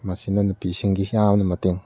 ꯃꯁꯤꯅ ꯅꯨꯄꯤꯁꯤꯡꯒꯤ ꯌꯥꯝꯅ ꯃꯇꯦꯡ